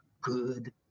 good